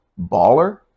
baller